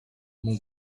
mon